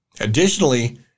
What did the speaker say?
Additionally